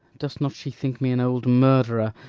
doth not she think me an old murderer,